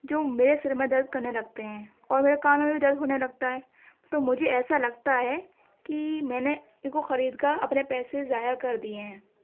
جو میرے سر میں درد کرنے لگتے ہیں اور میرے کانوں میں بھی درد ہونے لگتا ہے تو مجھے ایسا لگتا ہے کہ میں نے ان کو خرید کر اپنے پیسے ضایع کر دیے ہیں